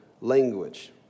language